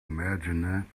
imagine